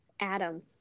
Adam